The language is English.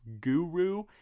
guru